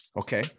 Okay